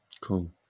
Cool